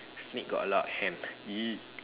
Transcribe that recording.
snake got a lot of hands ah !ee!